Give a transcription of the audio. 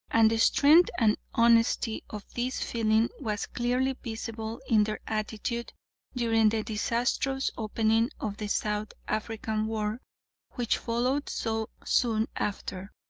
and the strength and honesty of this feeling was clearly visible in their attitude during the disastrous opening of the south african war which followed so soon after.